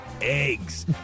eggs